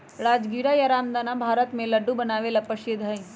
राजगीरा या रामदाना भारत में लड्डू बनावे ला बहुत प्रसिद्ध हई